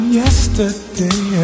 yesterday